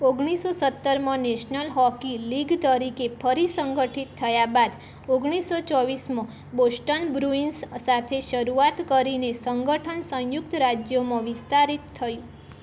ઓગણીસો સત્તરમાં national hockey league તરીકે ફરી સંગઠિત થયા બાદ ઓગણીસો ચોવીસમાં બોસ્ટન બ્રુઇન્સ સાથે શરૂઆત કરીને સંગઠન સંયુક્ત રાજ્યોમાં વિસ્તારિત થયું